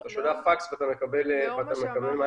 אתה שולח פקס ואתה מקבל מענה.